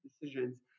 decisions